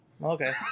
Okay